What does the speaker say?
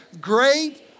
Great